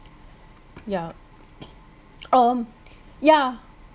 yeah um yeah